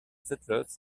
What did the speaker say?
settlers